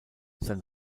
sein